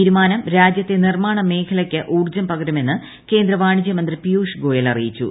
തീരുമാനം രാജ്യത്തെ നിർമാണ മേഖലയ്ക്ക് ഊർജ്ജം പകരുമെന്ന് കേന്ദ്ര വാണിജൃ മന്ത്രി പീയുഷ് ഗോയൽ അറിയിച്ചു